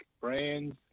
brands